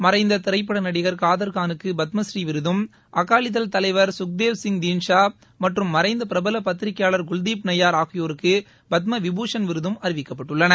மறைந்த திரைப்பட நடிகர் காதர்கானுக்கு பத்மபுநீ விருதும் அகாலிதள் தலைவர் சுக்தேவ் சிங் தீன்ஷா மற்றும் மறைந்த பிரபல பத்திரிகையாளர் குல்தீப் நய்யார் ஆகியோருக்கு பத்மவிபூஷன் விருதும் அறிவிக்கப்பட்டுள்ளன